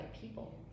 people